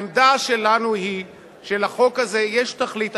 העמדה שלנו היא שלחוק הזה יש תכלית,